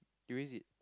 you is it